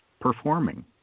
performing